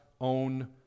own